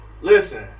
Listen